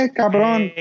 cabrón